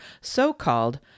so-called